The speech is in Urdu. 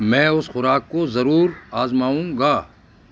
میں اس خوراک کو ضرور آزماؤں گا